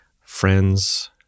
friends